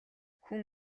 хүн